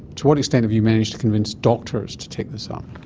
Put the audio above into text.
to what extent have you managed to convince doctors to take this um